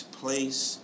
place